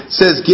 says